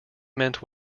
meant